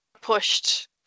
pushed